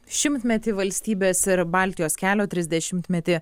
šimtmetį valstybės ir baltijos kelio trisdešimtmetį